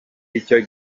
icyo